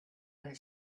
other